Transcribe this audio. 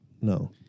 No